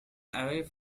away